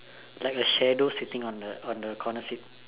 like a shadow sitting on the corner seat